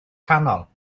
canol